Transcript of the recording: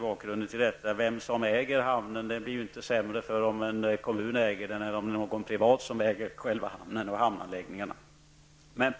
Hamnen blir inte bättre eller sämre med hänsyn till om det är en kommun eller en privatperson som äger den.